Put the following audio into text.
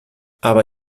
aber